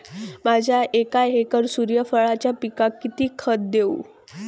माझ्या एक एकर सूर्यफुलाच्या पिकाक मी किती खत देवू?